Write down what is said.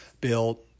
built